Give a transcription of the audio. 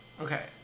Okay